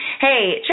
Hey